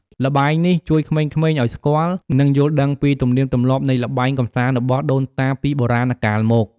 ល្បែងនេះជួយក្មេងៗឱ្យស្គាល់ និងយល់ដឹងពីទំនៀមទម្លាប់នៃល្បែងកម្សាន្តរបស់ដូនតាពីបុរាណកាលមក។